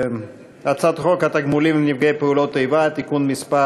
הצעת חוק התגמולים לנפגעי פעולות איבה (תיקון מס'